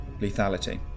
Lethality